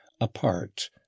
apart